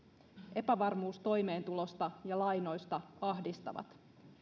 epävarmuus toimeentulosta ja lainoista ahdistaa